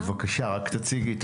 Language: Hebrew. בבקשה, רק הציגי עצמך.